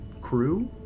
crew